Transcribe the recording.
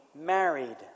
married